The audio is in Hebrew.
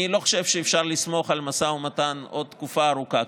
אני לא חושב שאפשר לסמוך על משא ומתן עוד תקופה ארוכה,